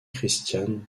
christiane